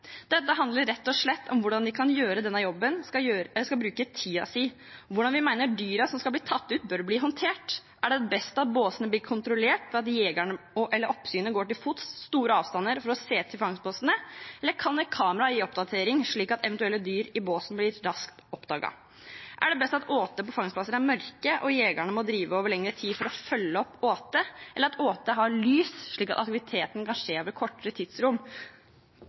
slett om hvordan de kan gjøre denne jobben, hvordan de skal bruke tiden sin, og hvordan vi mener at dyrene som skal bli tatt ut, bør bli håndtert. Er det best at båsene blir kontrollert ved at oppsynet går til fots – det er store avstander for å se til fangstbåsene – eller kan et kamera gi oppdateringer slik at eventuelle dyr i båsen raskt blir oppdaget? Er det best at fangstplasser med åte er mørke, og at jegerne må drive over lengre tid for å følge opp åtet, eller at åtet har lys, slik at aktiviteten kan skje over kortere tidsrom?